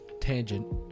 Tangent